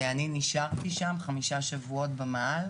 ואני נשארתי שם חמישה שבועות במאהל